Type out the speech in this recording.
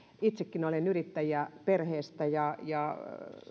itsekin olen yrittäjäperheestä ja ja